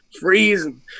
freezing